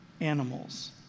animals